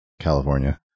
california